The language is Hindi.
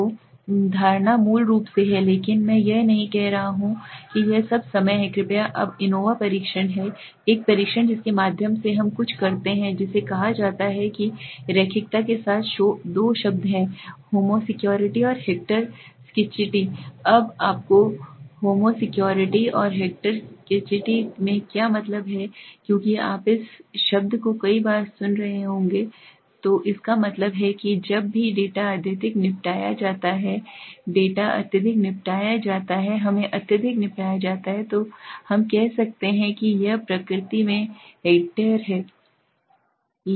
तो धारणा मूल रूप से है लेकिन मैं यह नहीं कह रहा हूं कि यह सब समय है कृपया अब एनोवा परीक्षण है एक परीक्षण जिसके माध्यम से हम कुछ करते हैं जिसे कहा जाता है कि रैखिकता के साथ दो शब्द हैं होमो स्कोसिटी और हेक्टर स्केचिटी अब आपको होमो स्कोसिटी और हेक्टर स्केचिटी से क्या मतलब है क्योंकि आप इस शब्द को कई बार सुन रहे होंगे तो इसका मतलब है कि जब भी डेटा अत्यधिक निपटाया जाता है डेटा अत्यधिक निपटाया जाता है हमें अत्यधिक निपटाया जाता है तो हम कहते हैं कि यह प्रकृति में हेक्टर है